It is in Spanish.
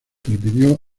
permitió